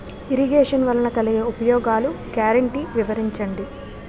Irrigation వలన కలిగే ఉపయోగాలు గ్యారంటీ వివరించండి?